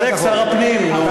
אז צודק שר הפנים, נו.